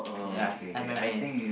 ya it's M_M_A